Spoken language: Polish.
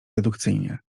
dedukcyjnie